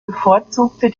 bevorzugte